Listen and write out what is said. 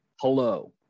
hello